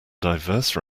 diverse